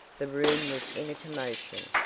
the room was in a commotion.